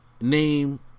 name